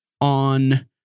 on